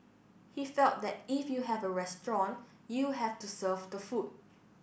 he fell that if you have a restaurant you have to serve the food